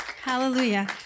hallelujah